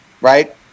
right